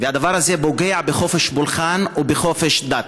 והדבר הזה פוגע בחופש הפולחן ובחופש דת.